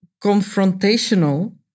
confrontational